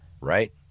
right